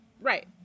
right